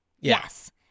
Yes